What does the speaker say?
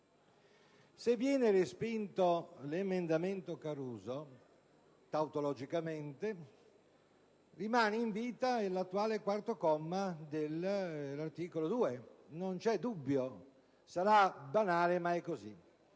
Se viene respinto l'emendamento Caruso, tautologicamente, rimane in vita l'attuale comma 4 dell'articolo 2. Non vi è dubbio: sarà banale, ma è così.